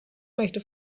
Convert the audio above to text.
möchte